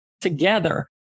together